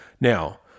Now